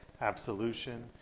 absolution